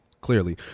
clearly